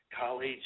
college